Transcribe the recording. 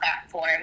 platform